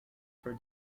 for